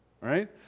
right